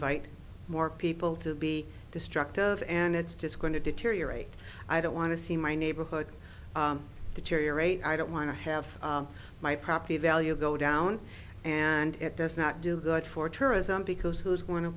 vite more people to be destructive and it's just going to deteriorate i don't want to see my neighborhood deteriorate i don't want to have my property value go down and it does not do good for tourism because who is going to